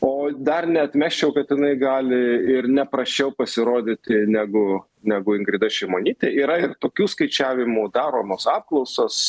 o dar neatmesčiau kad jinai gali ir ne prasčiau pasirodyti negu negu ingrida šimonytė yra ir tokių skaičiavimų daromos apklausos